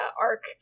arc